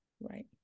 Right